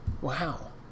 Wow